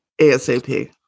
ASAP